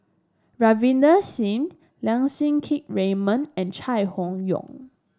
Ravinder Singh Lim Siang Keat Raymond and Chai Hon Yoong